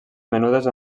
menudes